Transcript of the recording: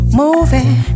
moving